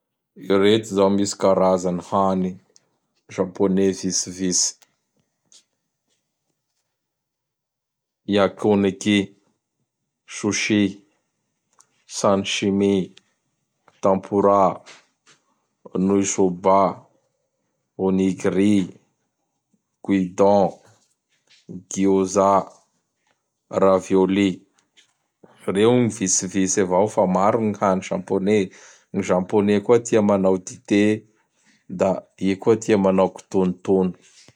Ireto zao misy karazan'ny hany Japonais vitsivitsy: Yakoneki, Sosy, Sansimi, Tampora, Nouille Soba, Onigry, Guidon, Giôza, Ravioly. Reo gn vitsivitsy avao fa maro gn hany Japonais. Gn Japonais koa tia manao dité da i koA tia manao kitonotono.